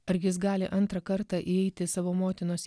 argi jis gali antrą kartą įeiti į savo motinos